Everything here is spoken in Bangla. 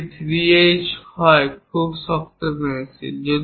যদি এটি 3H হয় খুব শক্ত পেন্সিল